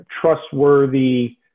trustworthy